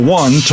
one